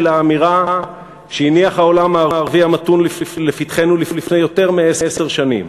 האמירה שהניח העולם הערבי המתון לפתחנו לפני יותר מעשר שנים: